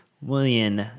William